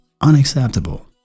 Unacceptable